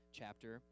chapter